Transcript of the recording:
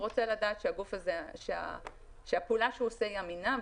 הוא רוצה לדעת שהפעולה שהוא עושה היא אמינה.